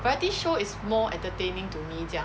variety show is more entertaining to me 这样